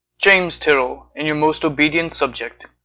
james tyrrel, and your most obedient subject.